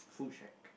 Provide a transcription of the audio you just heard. food shack